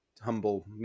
humble